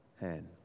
hand